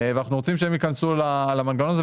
ואנחנו רוצים שהם ייכנסו למנגנון הזה.